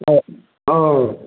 काकी रहऽ दियौ